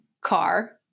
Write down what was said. car